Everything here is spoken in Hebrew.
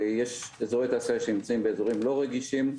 יש אזורי תעשייה שנמצאים באזורים לא רגישים,